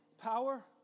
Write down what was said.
power